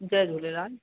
Jay Jhulelal